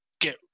get